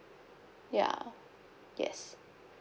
yeah yes